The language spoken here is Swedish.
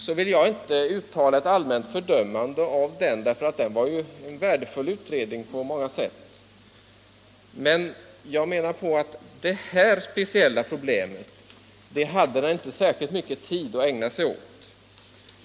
Jag vill inte uttala ett allmänt fördömande av kapitalskatteberedningen, för den var värdefull på många sätt, men de här speciella problemen hade den inte särskilt mycket tid att ägna sig åt.